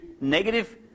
negative